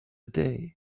day